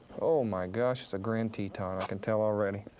oh my gosh, it's a grand teton. i can tell already,